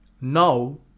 Now